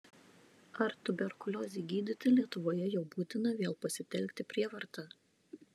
ar tuberkuliozei gydyti lietuvoje jau būtina vėl pasitelkti prievartą